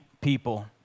people